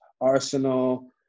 Arsenal